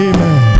Amen